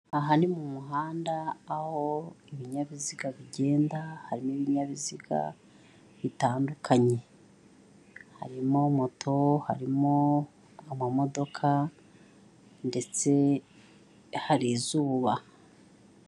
Aha ni mu muhanda, aho ibinyabiziga bigenda, harimo ibinyabiziga bitandukanye, harimo moto, harimo amamodoka, ndetse hari izuba.